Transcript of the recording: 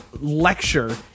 lecture